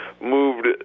moved